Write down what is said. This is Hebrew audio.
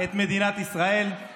אני מכיר את החוק ויודע איך רשות בנויה.